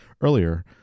earlier